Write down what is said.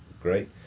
great